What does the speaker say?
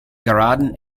geraden